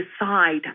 decide